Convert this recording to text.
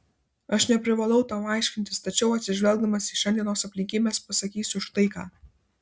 aš neprivalau tau aiškintis tačiau atsižvelgdamas į šiandienos aplinkybes pasakysiu štai ką